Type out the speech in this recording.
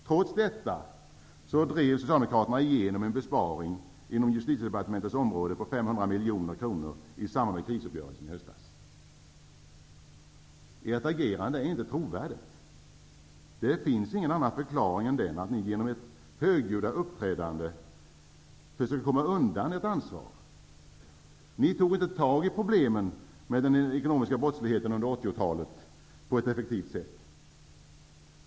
Trots detta drev Socialdemokraterna igenom en besparing på Justitiedepartementets område på 500 miljoner kronor i samband med krisuppgörelsen i höstas. Ert agerande är inte trovärdigt. Det finns ingen annan förklaring än att ni genom ert högljudda uppträdande försöker komma undan ert ansvar. Ni tog inte tag i problemen med den ekonomiska brottsligheten under 1980-talet på ett effektivt sätt.